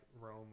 Rome